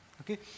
Okay